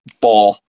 ball